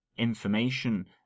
information